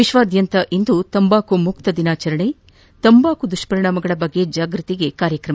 ವಿಶ್ಲಾದ್ಯಂತ ಇಂದು ತಂಬಾಕು ಮುಕ್ತ ದಿನ ಆಚರಣೆ ತಂಬಾಕು ದುಷ್ಪರಿಣಾಮಗಳ ಕುರಿತು ಜಾಗ್ಪತಿ ಕಾರ್ಯಕ್ರಮ